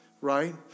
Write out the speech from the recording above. right